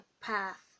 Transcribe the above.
path